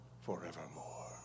forevermore